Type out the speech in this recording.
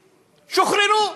שוחררו.